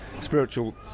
spiritual